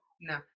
no